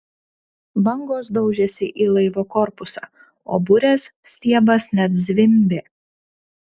bangos daužėsi į laivo korpusą o burės stiebas net zvimbė